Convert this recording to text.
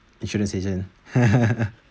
insurance agent